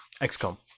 XCOM